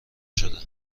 شده